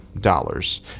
dollars